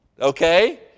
Okay